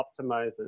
optimizes